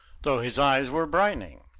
though his eyes were brightening.